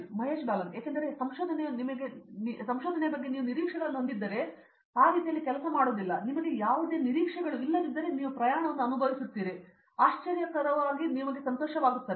ಮಹೇಶ್ ಬಾಲನ್ ಏಕೆಂದರೆ ಸಂಶೋಧನೆಯು ನಿಮಗೆ ನಿರೀಕ್ಷೆಗಳನ್ನು ಹೊಂದಿದ್ದರೆ ಇದು ಆ ರೀತಿಯಲ್ಲಿ ಕೆಲಸ ಮಾಡುವುದಿಲ್ಲ ನಿಮಗೆ ಯಾವುದೇ ನಿರೀಕ್ಷೆಗಳಿಲ್ಲದಿದ್ದರೆ ನೀವು ಪ್ರಯಾಣವನ್ನು ಅನುಭವಿಸುತ್ತೀರಿ ಮತ್ತು ಆಶ್ಚರ್ಯವು ನಿಮಗೆ ಸಂತೋಷವಾಗುತ್ತದೆ